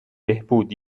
بهبود